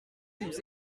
nous